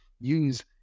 use